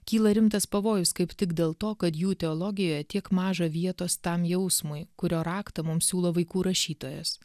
kyla rimtas pavojus kaip tik dėl to kad jų teologijoje tiek maža vietos tam jausmui kurio raktą mums siūlo vaikų rašytojas